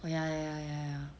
oh ya ya ya ya